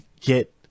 get